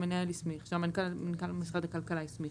שמנכ"ל משרד הכלכלה הסמיך.